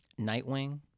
Nightwing